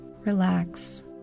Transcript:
relax